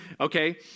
Okay